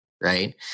right